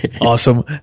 Awesome